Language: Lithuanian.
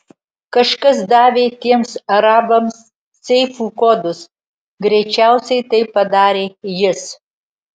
kažkas davė tiems arabams seifų kodus greičiausiai tai padarė jis